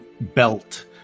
belt